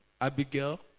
Abigail